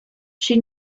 she